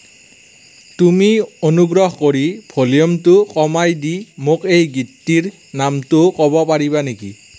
তুমি অনুগ্ৰহ কৰি ভলিউমটো কমাই দি মোক এই গীতটিৰ নামটো ক'ব পাৰিবা নেকি